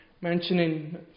mentioning